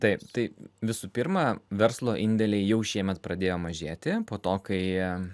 taip tai visų pirma verslo indėliai jau šiemet pradėjo mažėti po to kai